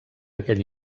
aquell